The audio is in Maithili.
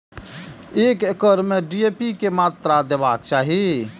एक एकड़ में डी.ए.पी के मात्रा देबाक चाही?